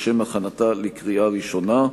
לשם הכנתה לקריאה ראשונה.